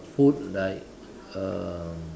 food like um